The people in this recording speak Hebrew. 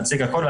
נציג הכל,